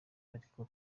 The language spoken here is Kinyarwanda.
ariko